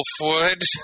Wolfwood